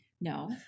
No